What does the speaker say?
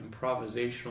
improvisational